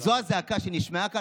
וזו הזעקה שנשמעה כאן.